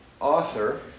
author